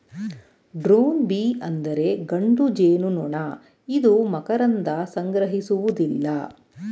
drone bee ಅಂದರೆ ಗಂಡು ಜೇನುನೊಣ ಇದು ಮಕರಂದ ಸಂಗ್ರಹಿಸುವುದಿಲ್ಲ